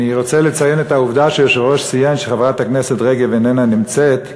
אני רוצה לציין את העובדה שהיושב-ראש ציין שחברת הכנסת רגב איננה נמצאת,